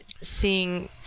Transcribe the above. seeing